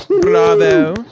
Bravo